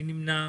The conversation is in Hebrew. מי נמנע?